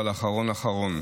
ועל אחרון אחרון.